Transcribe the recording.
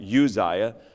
Uzziah